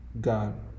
God